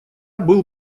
был